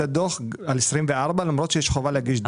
הדוח על 24' למרות שיש חובה להגיש דוח.